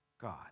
God